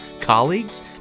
colleagues